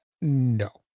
No